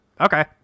okay